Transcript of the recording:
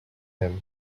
him